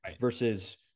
versus